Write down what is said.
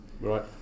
Right